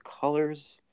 colors